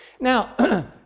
Now